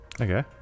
Okay